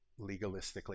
legalistically